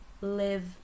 live